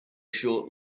short